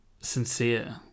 sincere